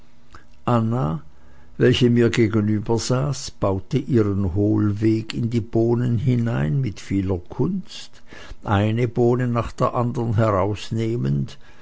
anna welche mir gegenübersaß baute ihren hohlweg in die bohnen hinein mit vieler kunst eine bohne nach der anderen herausnehmend